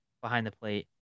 behind-the-plate